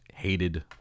hated